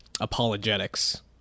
apologetics